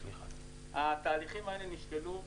התהליכים האלה נשקלו.